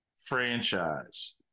franchise